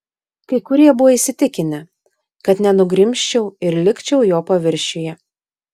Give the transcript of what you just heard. kai kurie buvo įsitikinę kad nenugrimzčiau ir likčiau jo paviršiuje